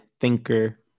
thinker